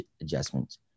adjustments